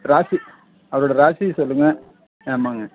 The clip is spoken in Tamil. ராசி அவரோடய ராசியை சொல்லுங்கள் ஆமாங்க